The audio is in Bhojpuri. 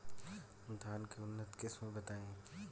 धान के उन्नत किस्म बताई?